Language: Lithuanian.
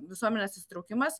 visuomenės įsitraukimas